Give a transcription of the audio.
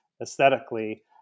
aesthetically